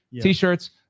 T-shirts